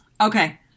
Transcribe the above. Okay